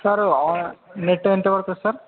sir net ఎంత పడుతుంది sir